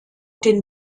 den